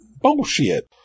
bullshit